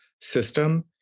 system